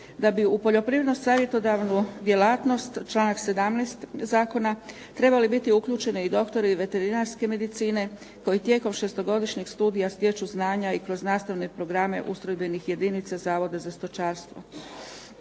da bi u poljoprivredno-savjetodavnu djelatnost članak 17. zakona trebali biti uključeni i doktori veterinarske medicine koji tijekom 6-godišnjeg studija stječu znanja i kroz nastavne programe ustrojbenih jedinica Zavoda za stočarstvo,